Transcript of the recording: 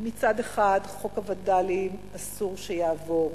מצד אחד: חוק הווד"לים אסור שיעבור.